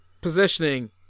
positioning